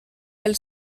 pel